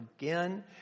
again